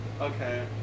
Okay